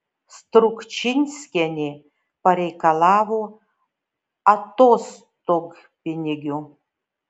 strukčinskienė pareikalavo atostogpinigių